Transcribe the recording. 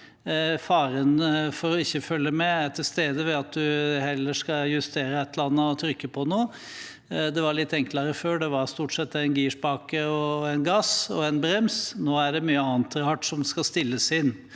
Faren for ikke å følge med er til stede ved at en heller skal justere et eller annet og trykke på noe. Det var litt enklere før, det var stort sett en girspake og en gass og en brems. Nå er det mye annet rart, som skal stilles inn